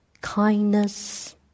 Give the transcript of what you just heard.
kindness